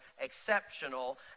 exceptional